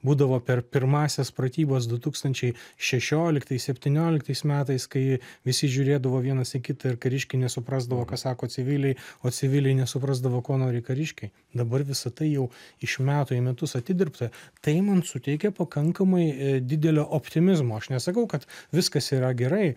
būdavo per pirmąsias pratybas du tūkstančiai šešioliktais septynioliktais metais kai visi žiūrėdavo vienas į kitą ir kariškiai nesuprasdavo ką sako civiliai o civiliai nesuprasdavo ko nori kariškiai dabar visa tai jau iš metų į metus atidirbta tai man suteikia pakankamai didelio optimizmo aš nesakau kad viskas yra gerai